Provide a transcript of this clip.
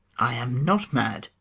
i am not mad,